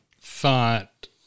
thought